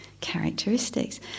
characteristics